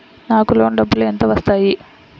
నాకు లోన్ డబ్బులు ఎంత వస్తాయి?